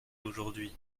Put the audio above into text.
aujourd’hui